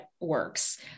works